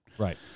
Right